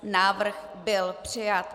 Návrh byl přijat.